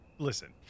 listen